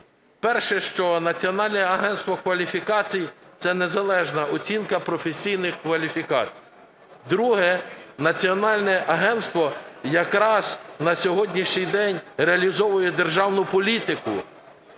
Перше, що Національне агентство кваліфікацій – це незалежна оцінка професійних кваліфікацій. Друге. Національне агентство якраз на сьогоднішній день реалізовує державну політику.